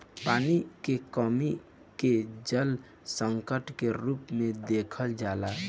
पानी के कमी के जल संकट के रूप में देखल जाला